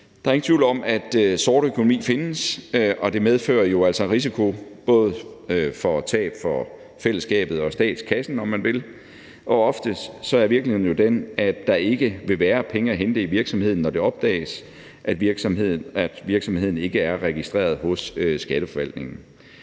Der er ingen tvivl om, at sort økonomi findes, og det medfører jo altså en risiko for tab for både fællesskabet og statskassen, om man vil. Oftest er virkeligheden jo den, at der ikke vil være penge at hente i virksomheden, når det opdages, at virksomheden ikke er registreret hos Skatteforvaltningen.